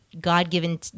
God-given